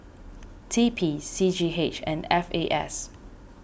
T P C G H and F A S